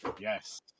Yes